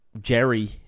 jerry